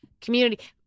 community